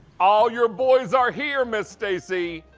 all your boys are here, miss stacey.